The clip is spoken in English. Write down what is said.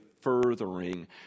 furthering